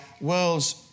world's